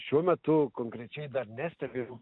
šiuo metu konkrečiai dar nestebiu